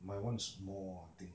my [one] is small I think